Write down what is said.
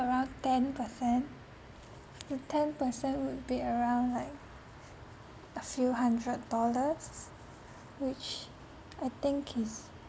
around ten percent the ten percent would be around like a few hundred dollars which I think is